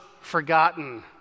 forgotten